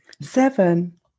seven